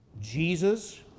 Jesus